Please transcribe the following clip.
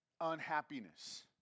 unhappiness